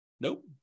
Nope